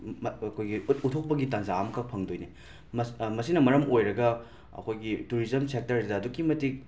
ꯑꯩꯈꯣꯏꯒꯤ ꯎꯊꯣꯛꯄꯒꯤ ꯇꯥꯟꯖꯥ ꯑꯝꯈꯛ ꯐꯪꯗꯣꯏꯅꯤ ꯃꯁ ꯃꯁꯤꯅ ꯃꯔꯝ ꯑꯣꯏꯔꯒ ꯑꯩꯈꯣꯏꯒꯤ ꯇꯨꯔꯤꯖꯝ ꯁꯦꯛꯇꯔꯁꯤꯗ ꯑꯗꯨꯛꯀꯤ ꯃꯇꯤꯛ